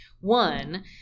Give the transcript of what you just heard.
One